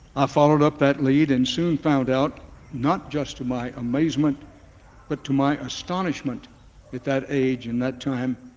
i followed up that lead and soon found out, not just to my amazement but to my astonishment at that age at and that time,